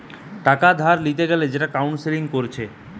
টাকা ধার লিতে গ্যালে যে কাউন্সেলিং কোরছে